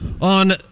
on